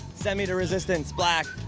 send me to resistance, black.